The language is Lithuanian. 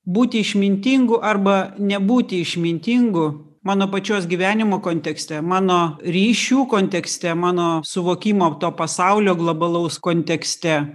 būti išmintingu arba nebūti išmintingu mano pačios gyvenimo kontekste mano ryšių kontekste mano suvokimo to pasaulio globalaus kontekste